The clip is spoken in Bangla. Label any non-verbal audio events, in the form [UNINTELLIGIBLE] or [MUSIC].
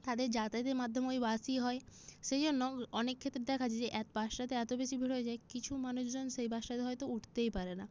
তাদের যাতায়াতের মাধ্যম ওই বাসই হয় সেই জন্য অনেক ক্ষেত্রে দেখা যায় যে [UNINTELLIGIBLE] বাসটাতে এত বেশি ভিড় হয়ে যায় কিছু মানুষজন সেই বাসটাতে হয়তো উঠতেই পারে না